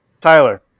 Tyler